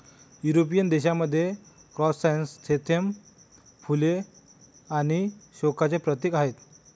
European देशांमध्ये, chrysanthemum फुले मृत्यू आणि शोकांचे प्रतीक आहेत